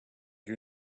you